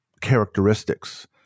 characteristics